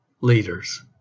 leaders